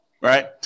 Right